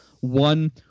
one